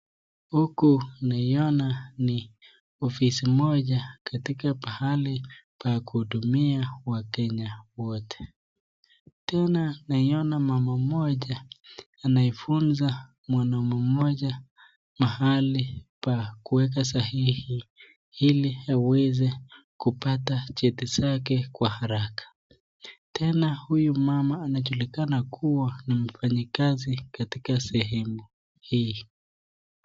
Huku naiona ni ofisi moja katika pahali pa kuhudumia wakenya wote. Tena naiona mama mmoja anafunza mwanaume mmoja mahali pa kuweka sahihi ili aweze kupata cheti zake kwa haraka. Tena huyu mama anajulikana kuwa ni mfanyikazi katika sehemu hii.